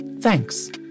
thanks